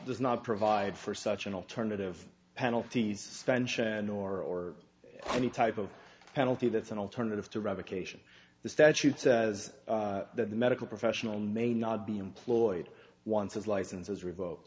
does not provide for such an alternative penalties vention or any type of penalty that's an alternative to revocation the statute says that the medical professional may not be employed once his license was revoked